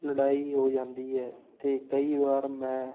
ਲੜਾਈ ਹੋ ਜਾਂਦੀ ਹੈ ਅਤੇ ਕਈ ਵਾਰ ਮੈਂ